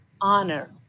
honor